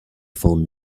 phone